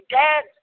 dead